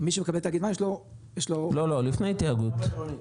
לפני תיאגוד.